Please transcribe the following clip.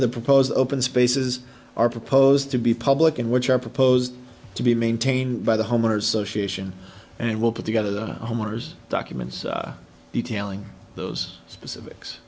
of the proposed open spaces are proposed to be public and which are proposed to be maintained by the homeowners association and will put together the homeowners documents detailing those specifics